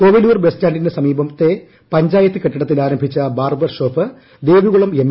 Kovilur bus സ്റ്റാന്റിന് സമീപത്തെ പഞ്ചായത്ത് കെട്ടിടത്തിൽ ആരംഭിച്ച ബാർബർ ഷോപ്പ് ദേവികുളം എം